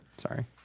Sorry